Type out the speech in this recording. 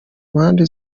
mpande